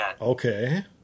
Okay